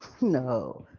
No